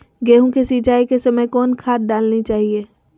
गेंहू के सिंचाई के समय कौन खाद डालनी चाइये?